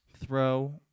throw